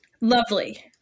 Lovely